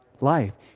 life